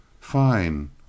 -"Fine